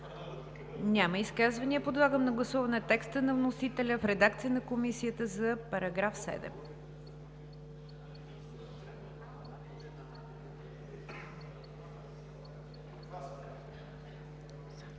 ли изказвания? Няма. Подлагам на гласуване текста на вносителя в редакция на Комисията за § 7.